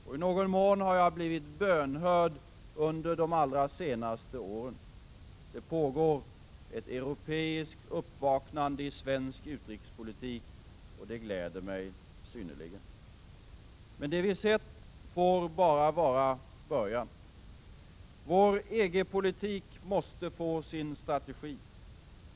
Och i någon mån har jag blivit bönhörd under de allra senaste åren. Det pågår ett europeiskt uppvaknande i svensk utrikespolitik, och det gläder mig synnerligen. Men det vi sett får bara vara början. Vår EG-politik måste få sin strategi.